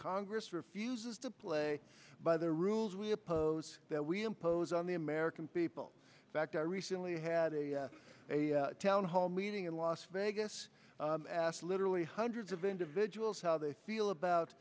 congress refuses to play by the rules we oppose that we impose on the american people fact i recently had a town hall meeting in las vegas asked literally hundreds of individuals how they feel about